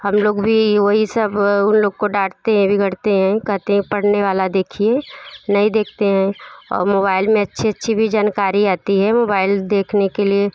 हम लोग भी वही सब उन लोग को डाँटते हैं बिगड़ते हैं कहते हैं पढ़ने वाला देखिए नहीं देखते हैं और मोबैल में अच्छी अच्छी भी जनकारी आती है मुबैल देखने के लिए